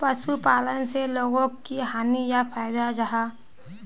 पशुपालन से लोगोक की हानि या फायदा जाहा?